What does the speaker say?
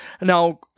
Now